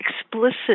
explicit